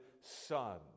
Son